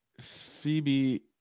Phoebe